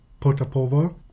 Potapova